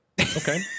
Okay